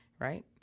right